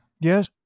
Yes